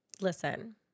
Listen